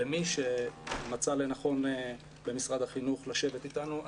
למי שמצא לנכון במשרד החינוך לשבת איתנו.